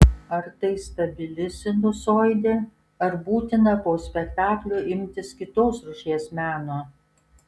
ar tai stabili sinusoidė ar būtina po spektaklio imtis kitos rūšies meno